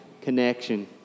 connection